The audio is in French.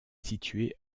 située